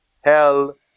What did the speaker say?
Hell